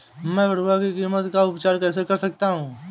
मैं पडुआ की मिट्टी का उपचार कैसे कर सकता हूँ?